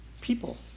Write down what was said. people